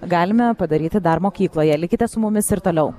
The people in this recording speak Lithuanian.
galime padaryti dar mokykloje likite su mumis ir toliau